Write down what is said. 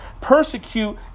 persecute